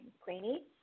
Queenie